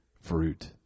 fruit